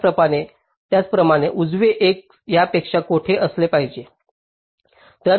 त्याचप्रमाणे उजवे एक यापेक्षा मोठे असले पाहिजे